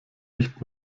nicht